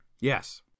Yes